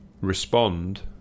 respond